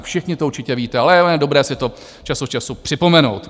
Všichni to určitě víte, ale je dobré si to čas od času připomenout.